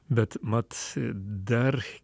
bet mat dar